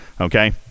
Okay